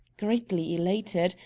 greatly elated,